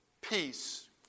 Peace